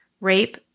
rape